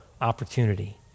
opportunity